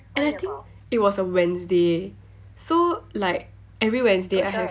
and I think it was on wednesday so like every wednesday I have